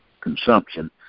consumption